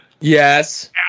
Yes